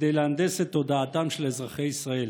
כדי להנדס את תודעתם של אזרחי ישראל.